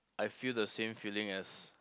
I feel the same feeling as